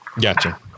Gotcha